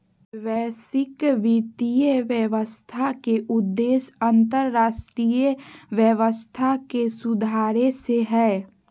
वैश्विक वित्तीय व्यवस्था के उद्देश्य अन्तर्राष्ट्रीय व्यवस्था के सुधारे से हय